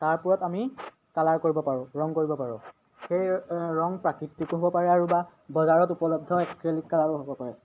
তাৰ ওপৰত আমি কালাৰ কৰিব পাৰোঁ ৰং কৰিব পাৰোঁ সেই ৰং প্ৰাকৃতিকো হ'ব পাৰে আৰু বা বজাৰত উপলব্ধ এক্ৰেলিক কালাৰো হ'ব পাৰে